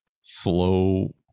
slow